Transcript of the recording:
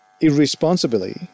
irresponsibly